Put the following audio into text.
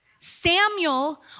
Samuel